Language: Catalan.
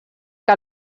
que